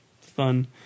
Fun